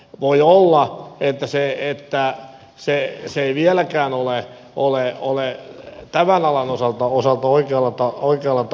voi olla että se ei vieläkään ole tämän alan osalta oikealla tasolla